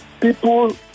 people